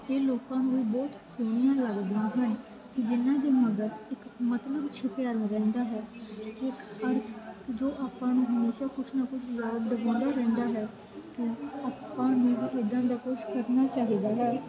ਇਹ ਲੋਕਾਂ ਨੂੰ ਬਹੁਤ ਸੋਹਣੀਆਂ ਲੱਗਦੀਆਂ ਹਨ ਜਿਨ੍ਹਾਂ ਦੇ ਮਗਰ ਇਕ ਮਤਲਬ ਛੁਪਿਆ ਰਹਿੰਦਾ ਹੈ ਇੱਕ ਅਰਥ ਜੋ ਆਪਾਂ ਨੂੰ ਹਮੇਸ਼ਾਂ ਕੁਛ ਨਾ ਕੁਛ ਯਾਦ ਦਵਾਉਂਦਾ ਰਹਿੰਦਾ ਹੈ ਕਿ ਆਪਾਂ ਨੂੰ ਇੱਦਾਂ ਦਾ ਕੁਛ ਕਰਨਾ ਚਾਹੀਦਾ ਹੈ